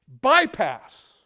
bypass